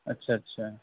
اچھا اچھا